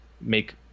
make